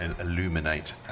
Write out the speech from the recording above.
illuminate